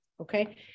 Okay